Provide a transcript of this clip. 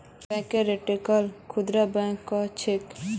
bank रिटेलक खुदरा बैंको कह छेक